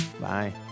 Bye